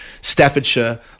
Staffordshire